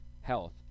health